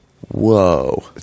Whoa